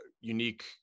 unique